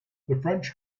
french